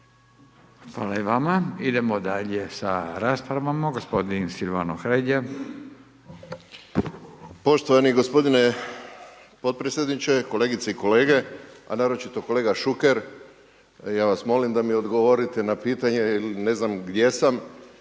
Hvala i vama. Idemo dalje sa raspravom, gospodin Silvano Hrelja. **Hrelja, Silvano (HSU)** Poštovani gospodine potpredsjedniče, kolegice i kolege, a naročito kolega Šuker, ja vas molim da mi odgovorite na pitanje jer ne znam gdje sam.